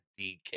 DK